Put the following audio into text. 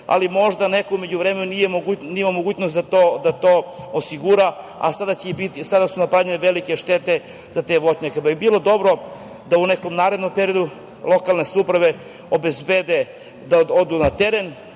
ali možda neko u međuvremenu nije imao mogućnost da to osigura, a sada su napravljene velike štete za te voćnjake. Bilo bi dobro da u nekom narednom periodu lokalne samouprave obezbede da odu na teren,